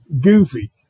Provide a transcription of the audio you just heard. goofy